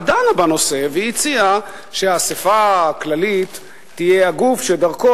היא דנה בנושא והיא הציעה שהאספה הכללית תהיה הגוף שדרכו